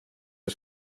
jag